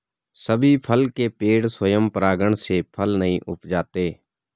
सभी फल के पेड़ स्वयं परागण से फल नहीं उपजाते